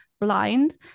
blind